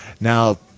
now